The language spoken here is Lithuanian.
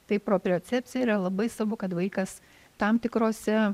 tai propriocepcijoj yra labai svarbu kad vaikas tam tikrose